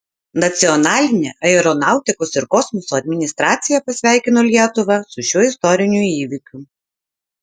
nacionalinė aeronautikos ir kosmoso administracija pasveikino lietuvą su šiuo istoriniu įvykiu